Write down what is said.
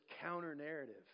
counter-narrative